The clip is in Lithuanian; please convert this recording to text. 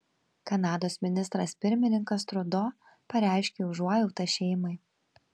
kanados ministras pirmininkas trudo pareiškė užuojautą šeimai